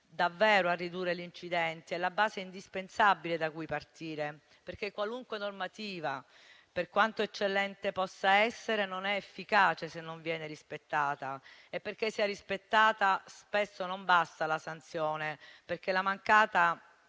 davvero a ridurre gli incidenti e la base indispensabile da cui partire. Qualunque normativa infatti, per quanto eccellente possa essere, non è efficace, se non viene rispettata. E affinché sia rispettata, spesso non basta la sanzione per la sua mancata